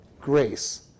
grace